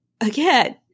again